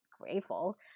grateful